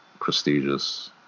prestigious